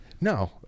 no